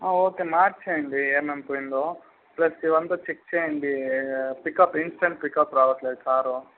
okay మార్చేయండి ఏమేమి పోయిందో ప్లస్ ఇవంతా చెక్ చేయండి పికప్ ఇన్స్టంట్ పికప్ రావట్లేదు కారు